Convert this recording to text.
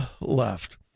left